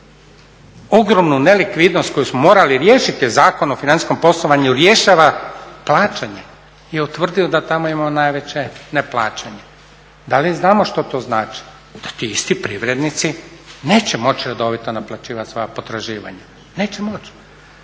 Ogromnu nelikvidnost koju smo morali riješiti je Zakon o financijskom poslovanju rješava plaćanjem je utvrdio da tamo imamo najveće neplaćanje. Da li znamo što to znači? Da ti isti privrednici neće moći redovito naplaćivati svoja potraživanja, neće moći.